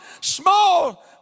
small